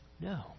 No